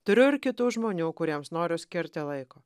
turiu ir kitų žmonių kuriems noriu skirti laiko